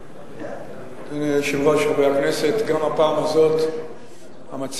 אדוני היושב-ראש, חברי הכנסת, גם הפעם הזאת המציע,